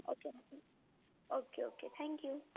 okay ma'am okay okay thank you